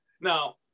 Now